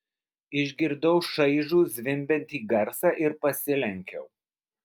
išgirdau šaižų zvimbiantį garsą ir pasilenkiau